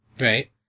Right